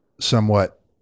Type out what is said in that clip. somewhat